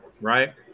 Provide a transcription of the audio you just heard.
right